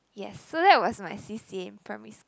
yes so that was my c_c_a in primary school